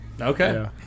okay